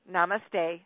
Namaste